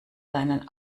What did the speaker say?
seinen